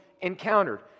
encountered